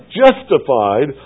justified